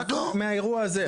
רק מהאירוע הזה.